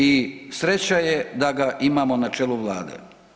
I sreća je da ga imamo na čelu Vlade.